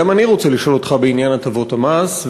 גם אני רוצה לשאול אותך בעניין הטבות המס.